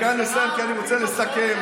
כאן אסיים, כי אני רוצה לסכם: